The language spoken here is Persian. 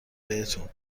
بهتون